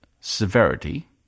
severity